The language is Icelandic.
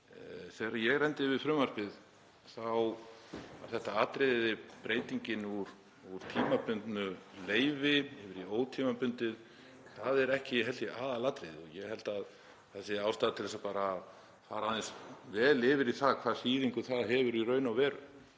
Þegar ég renndi yfir frumvarpið þá var þetta atriði, breytingin úr tímabundnu leyfi yfir í ótímabundið, ekki aðalatriðið og ég held að það sé ástæða til þess að fara vel yfir það hvaða þýðingu það hefur í raun og veru.